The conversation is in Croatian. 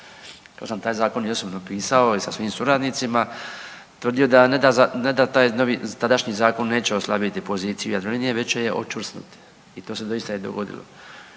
ja sam taj zakon i osobno pisao i sa svojim suradnicima, tvrdio da ne da taj novi, tadašnji zakon neće oslabiti poziciju Jadrolinije već će je očvrsnuti i to se doista i dogodilo.